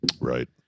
Right